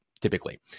typically